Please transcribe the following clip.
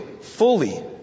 fully